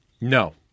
No